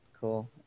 Cool